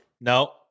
No